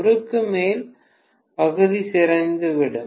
முறுக்கு மேல் பகுதி சிதைந்துவிடும்